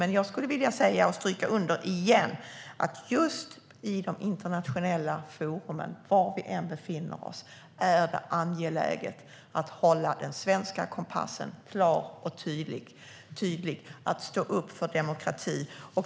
Men jag skulle åter vilja understryka att det just i de internationella forumen, var vi än befinner oss, är angeläget att hålla den svenska kompassen klar och tydlig och stå upp för demokrati.